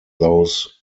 those